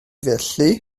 felly